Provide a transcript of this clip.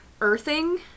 earthing